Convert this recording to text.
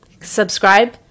subscribe